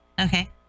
okay